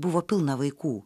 buvo pilna vaikų